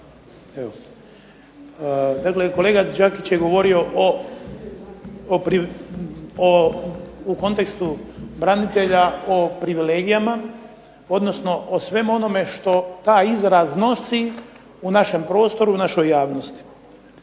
Dakle, kolega Đakić je govorio o, u kontekstu branitelja o privilegijama, odnosno o svemu onome što taj izraz nosi u našem prostoru, u našoj javnosti.